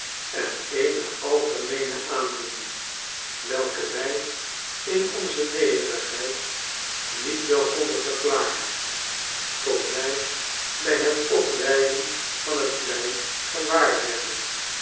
en eene algemeene aandoening welke wij in onze nederigheid niet wel konden verklaren tot wij bij het oprijden van het plein gewaar werden